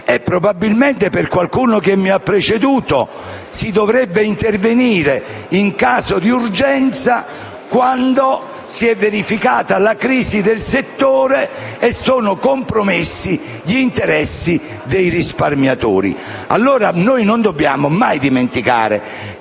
Probabilmente, per qualcuno che mi ha preceduto si dovrebbe intervenire in caso di urgenza quando si sia verificata la crisi del settore o siano stati compromessi gli interessi dei risparmiatori.